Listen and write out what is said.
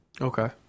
Okay